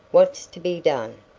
what's to be done?